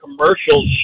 commercials